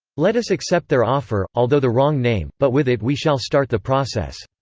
let us accept their offer, although the wrong name, but with it we shall start the process.